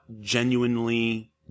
genuinely